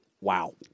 Wow